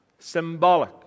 symbolic